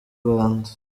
rwanda